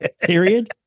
period